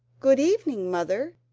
good evening, mother.